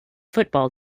football